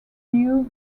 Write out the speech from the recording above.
new